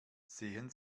sehen